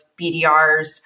BDRs